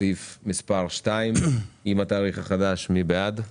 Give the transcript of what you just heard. סעיף מספר 2 עם התאריך החדש, מי בעד?